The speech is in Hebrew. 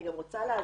אני גם רוצה להזכיר,